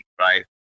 right